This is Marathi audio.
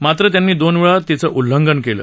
मात्र त्यांनी दोन वेळा तिचं उल्लंघन केलं